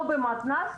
לא במתנ"ס,